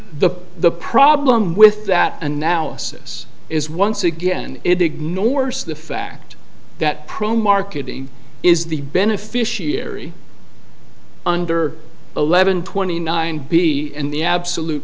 the the problem with that analysis is once again it ignores the fact that pro marketing is the beneficiary under eleven twenty nine be the absolute